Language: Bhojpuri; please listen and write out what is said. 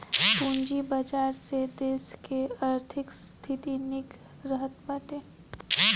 पूंजी बाजार से देस कअ आर्थिक स्थिति निक रहत बाटे